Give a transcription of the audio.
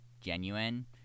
genuine